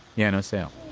yeah no sale